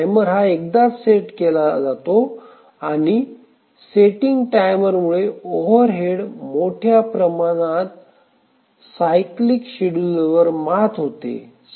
timer एकदाच set केला जातो आणि सेटिंग टायमरमुळे ओव्हरहेड मोठ्या प्रमाणात सायक्लीक शेड्युलर ात मात होते